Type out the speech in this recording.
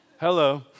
Hello